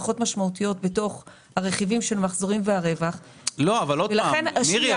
פחות משמעותיים בתוך הרכיבים של המחזורים והרווח --- אבל מירי,